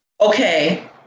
okay